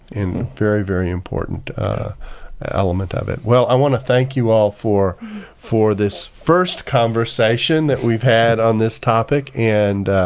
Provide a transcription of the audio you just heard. very, very important element of it. well, i want to thank you all for for this first conversation that we've had on this topic, and